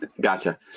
Gotcha